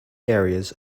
areas